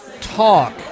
talk